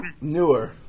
Newer